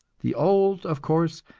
the old, of course,